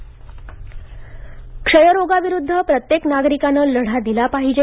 हर्ष वर्धन क्षयरोगाविरुध्द प्रत्येक नागरिकाने लढा दिला पाहिजे